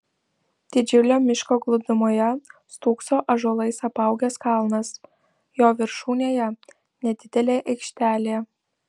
didžiulio miško glūdumoje stūkso ąžuolais apaugęs kalnas jo viršūnėje nedidelė aikštelė